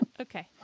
Okay